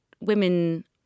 women